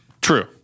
True